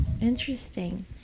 Interesting